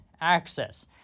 access